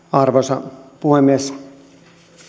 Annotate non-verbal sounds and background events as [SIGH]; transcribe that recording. [UNINTELLIGIBLE] arvoisa puhemies